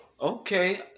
okay